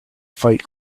fight